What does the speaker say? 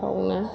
गोथावनो